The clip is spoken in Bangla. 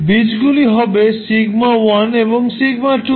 বীজগুলি হবে σ1 এবং σ2